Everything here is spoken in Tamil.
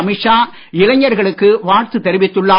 அமித்ஷா இளைஞர்களுக்கு வாழ்த்து தெரிவித்துள்ளார்